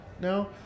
now